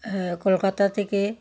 হ্যাঁ কলকাতা থেকে